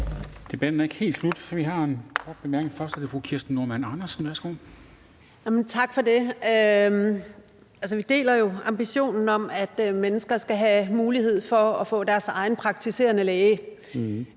Først er det fru Kirsten Normann Andersen. Værsgo. Kl. 14:05 Kirsten Normann Andersen (SF): Tak for det. Vi deler jo ambitionen om, at mennesker skal have mulighed for at få deres egen praktiserende læge.